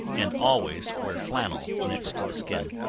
and always wear flannel next to the skin.